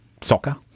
soccer